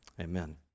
amen